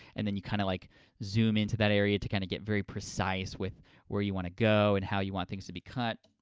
and then, you kind of like zoom into that area to kind of get very precise with where you want to go and how you want things to be cut.